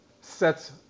sets